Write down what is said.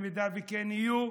אם כן יהיו,